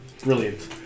Brilliant